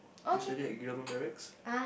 recently at Gilman barracks